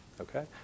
Okay